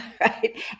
right